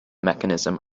mechanism